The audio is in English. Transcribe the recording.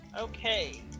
okay